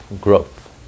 growth